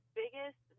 biggest